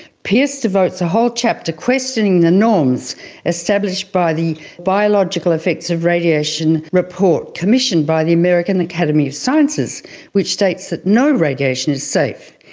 pearce devotes a whole chapter to questioning the norms established by the biological effects of radiation report commissioned by the american academy of sciences which states that no radiation is safe.